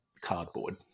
cardboard